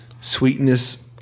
sweetness